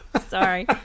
Sorry